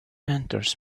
enters